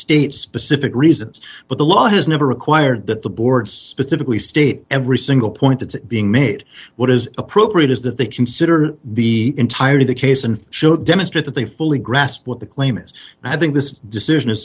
state specific reasons but the law has never required that the board's pacifically state every single point that's being made what is appropriate is that they consider the entire the case and show demonstrate that they fully grasp what the claim is and i think this decision is